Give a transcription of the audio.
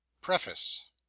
Preface